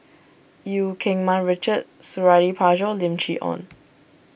Eu Keng Mun Richard Suradi Parjo Lim Chee Onn